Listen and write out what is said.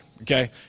okay